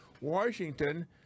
Washington